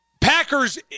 Packers